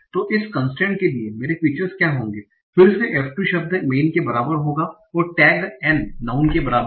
तो इस कंसट्रैंट के लिए मेरे फीचर्स क्या होगे फिर से f2 शब्द man के बराबर होगा और टैग N नाउँन के बराबर है